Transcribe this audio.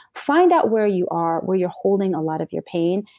find out where you are, where you're holding a lot of your pain,